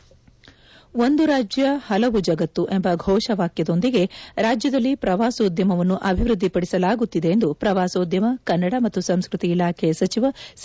ಒಂದು ರಾಜ್ಯ ಹಲವು ಜಗತ್ತು ಎಂಬ ಘೋಷವಾಕ್ಯದೊಂದಿಗೆ ರಾಜ್ಯದಲ್ಲಿ ಪ್ರವಾಸೋದ್ಯಮವನ್ನು ಅಭಿವೃದ್ದಿಪಡಿಸಲಾಗುತ್ತಿದೆ ಎಂದು ಪ್ರವಾಸೋದ್ಯಮ ಕನ್ನಡ ಮತ್ತು ಸಂಸ್ಕೃತಿ ಇಲಾಖೆ ಸಚಿವ ಸಿ